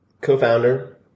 co-founder